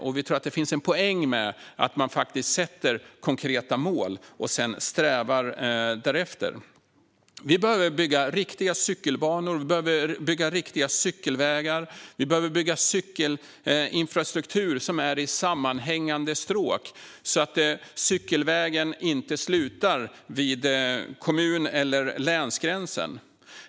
Vi tror också att det finns en poäng med att sätta konkreta mål och sedan sträva därefter. Vi behöver bygga riktiga cykelbanor. Vi behöver bygga riktiga cykelvägar. Vi behöver bygga cykelinfrastruktur i sammanhängande stråk så att cykelvägen inte slutar vid kommun eller länsgränsen.